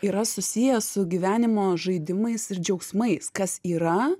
yra susiję su gyvenimo žaidimais ir džiaugsmais kas yra